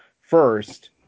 first